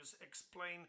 explain